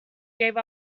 gave